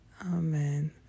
amen